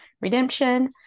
redemption